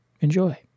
Enjoy